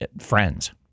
Friends